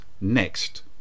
next